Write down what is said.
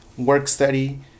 work-study